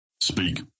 Speak